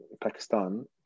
Pakistan